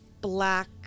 black